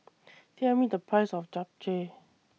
Tell Me The Price of Japchae